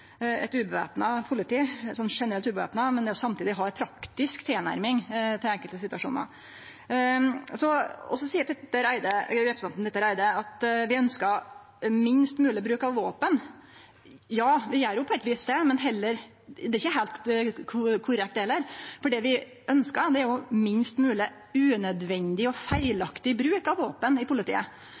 eit generelt uvæpna politi og å samtidig ha ei praktisk tilnærming til enkelte situasjonar. Så seier representanten Petter Eide at vi ønskjer minst mogleg bruk av våpen. Ja, vi gjer på eit vis det, men det er ikkje heilt korrekt det heller. For det vi ønskjer, er å ha minst mogleg unødvendig og feilaktig bruk av våpen i politiet,